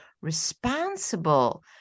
responsible